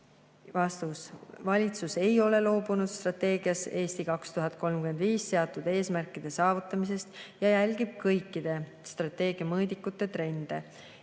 Valitsus ei ole loobunud strateegias "Eesti 2035" seatud eesmärkide saavutamisest ja jälgib kõikide strateegia mõõdikute trende.